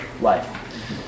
life